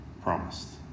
promised